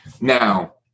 Now